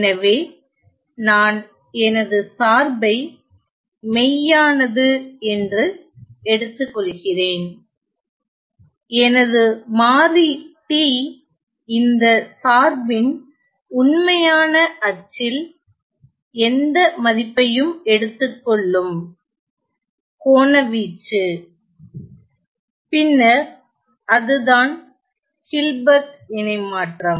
எனவே நான் எனது சார்பை மெய்யானது என்று எடுத்து கொள்கிறேன் எனது மாறி t இந்த சார்பின் உண்மையான அச்சில் எந்த மதிப்பையும் எடுத்துகொள்ளும் கோண வீச்சு பின்னர் அதுதான் ஹில்பர்ட் இணைமாற்றம்